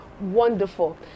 Wonderful